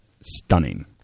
stunning